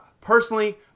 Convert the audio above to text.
personally